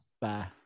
bye